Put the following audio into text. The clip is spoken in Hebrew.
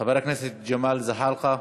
חבר הכנסת ג'מאל זחאלקה,